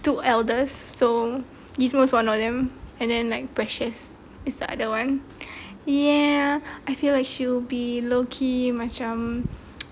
two elders so gizmo's one of them and then like precious is the other one ya I feel like she will be low key macam